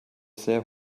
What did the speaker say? sehr